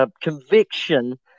conviction